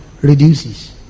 reduces